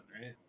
right